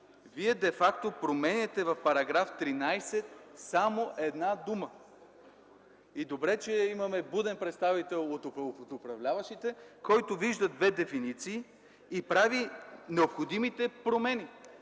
Вие фактически променяте само една дума в § 13! Добре, че имаме буден представител от управляващите, който вижда две дефиниции и прави необходимите промени.